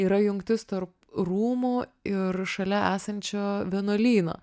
yra jungtis tarp rūmų ir šalia esančio vienuolyno